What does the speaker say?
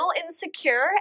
insecure